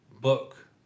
book